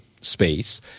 space